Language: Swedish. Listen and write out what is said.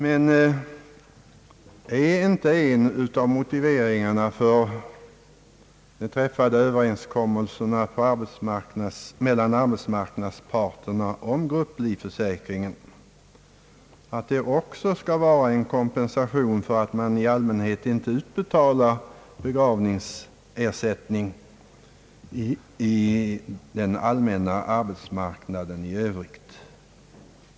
Men är inte en av motiveringarna för de träffade överenskommelserna mellan — arbetsmarknadsparterna om grupplivförsäkringen, att det också skall vara en kompensation för att man i allmänhet inte utbetalar begravningsersättning i den allmänna arbetsmarknaden i övrigt?